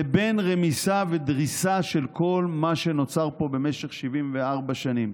לבין רמיסה ודריסה של כל מה שנוצר פה במשך 74 שנים.